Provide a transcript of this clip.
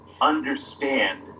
understand